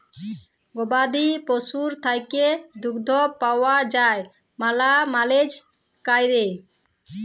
গবাদি পশুর থ্যাইকে দুহুদ পাউয়া যায় ম্যালা ম্যালেজ ক্যইরে